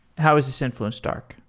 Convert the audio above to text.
how has this influenced dark?